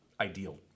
ideal